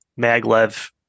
maglev